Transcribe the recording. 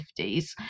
1950s